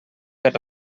per